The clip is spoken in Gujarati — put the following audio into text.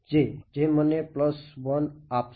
તેથી જે મને આપશે